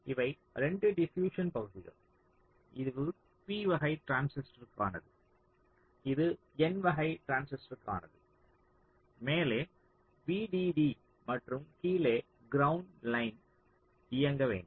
இவை 2 டிபியுஸ்சன் பகுதிகள் இது p வகை டிரான்சிஸ்டருக்கானது இது n வகை டிரான்சிஸ்டருக்கானது மேலே VDD மற்றும் கீழே கிரவுண்ட் லைன் இயங்க வேண்டும்